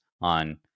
on